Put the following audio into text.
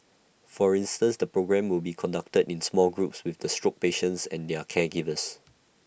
for instance the programme will be conducted in small groups with the stroke patients and their caregivers